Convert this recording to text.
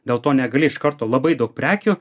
dėl to negali iš karto labai daug prekių